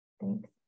thanks